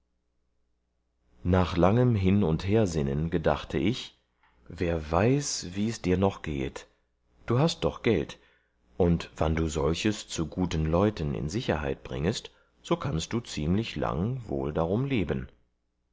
nach langem hin und hersinnen gedachte ich wer weiß wie dirs noch gehet hast du doch geld und wann du solches zu guten leuten in sicherheit bringest so kannst du ziemlich lang wohl darum leben